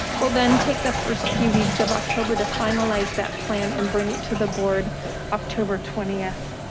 we'll then take the first few weeks of october to finalize that plan and bring it to the board october twentieth.